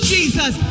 Jesus